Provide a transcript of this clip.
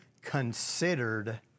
considered